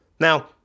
Now